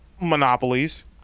monopolies